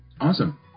Awesome